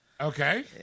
okay